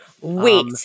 Wait